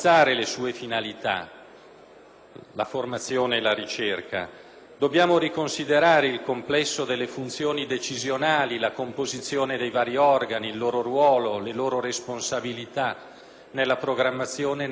(la formazione e la ricerca), dobbiamo riconsiderare il complesso delle funzioni decisionali, la composizione dei vari organi, il loro ruolo, le loro responsabilità nella programmazione e nella gestione delle risorse,